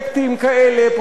פרויקטים אחרים,